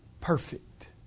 Perfect